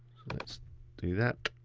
let's do that.